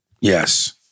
Yes